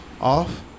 off